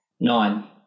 Nine